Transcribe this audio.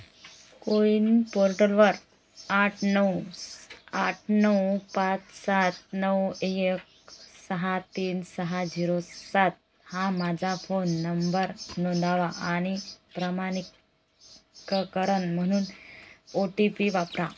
कोविन पोर्टलवर आठ नऊ आठ नऊ पाच सात नऊ एक सहा तीन सहा झीरो सात हा माझा फोन नंबर नोंदवा आणि प्रमाणीकरण म्हणून ओ टी पी वापरा